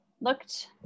looked